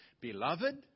Beloved